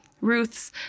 Ruth's